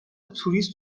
توریست